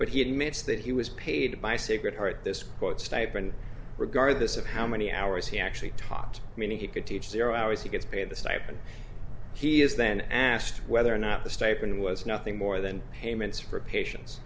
but he admits that he was paid by sacred heart this quote stipend regardless of how many hours he actually taught me he could teach zero hours he gets paid the stipend he is then asked whether or not the statement was nothing more than payments for patients